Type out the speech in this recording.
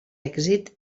èxit